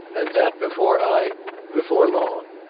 and that before i before long.